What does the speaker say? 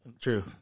True